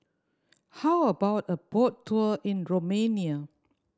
how about a boat tour in Romania